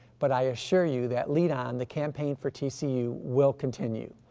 but i assure you that lead on, the campaign for tcu will continue.